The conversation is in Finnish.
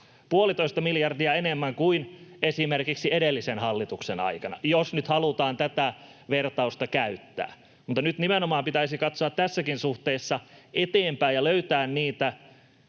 puolitoista miljardia enemmän kuin esimerkiksi edellisen hallituksen aikana — jos nyt halutaan tätä vertausta käyttää. Mutta nyt nimenomaan pitäisi katsoa tässäkin suhteessa eteenpäin ja löytää niitä